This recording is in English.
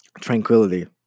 tranquility